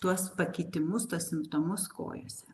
tuos pakitimus tuos simptomus kojose